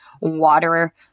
water